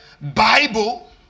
Bible